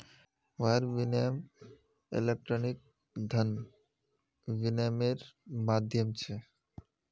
wire विनियम electronic धन विनियम्मेर माध्यम छ